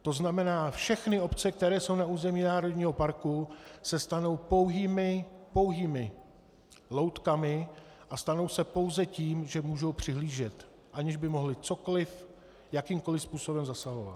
To znamená, všechny obce, které jsou na území národního parku, se stanou pouhými loutkami a stanou pouze tím, že můžou přihlížet, aniž by mohly cokoliv a jakýmkoliv způsobem zasahovat.